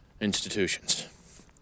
institutions